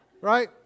Right